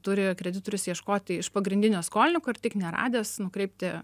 turi kreditorius ieškoti iš pagrindinio skolininko ir tik neradęs nukreipti